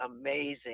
amazing